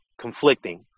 conflicting